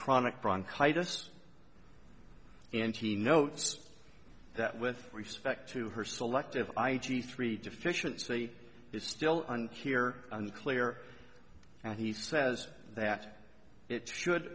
chronic bronchitis and he notes that with respect to her selective i g three deficiency is still unclear unclear and he says that it should